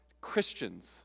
Christians